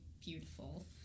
beautiful